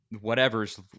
whatever's